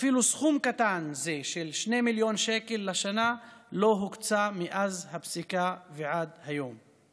אפילו סכום קטן זה של 2 מיליון שקל לשנה לא הוקצה מאז הפסיקה ועד היום.